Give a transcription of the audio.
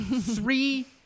Three